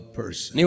person